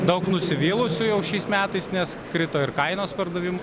daug nusivylusių jau šiais metais nes krito ir kainos pardavimų